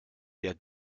der